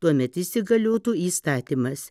tuomet įsigaliotų įstatymas